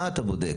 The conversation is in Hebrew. מה אתה בודק?